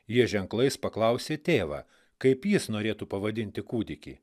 jie ženklais paklausė tėvą kaip jis norėtų pavadinti kūdikį